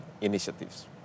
initiatives